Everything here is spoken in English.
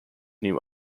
new